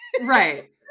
Right